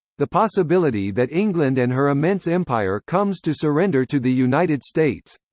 the possibility that england and her immense empire comes to surrender to the united states.